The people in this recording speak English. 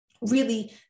really-